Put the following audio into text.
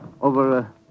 Over